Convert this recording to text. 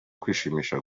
kwishimisha